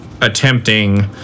attempting